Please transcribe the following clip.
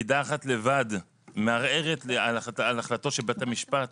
פקידה אחת לבד מערערת על החלטות של בית המשפט